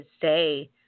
say